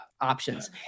options